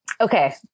Okay